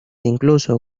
incluso